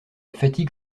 fatigue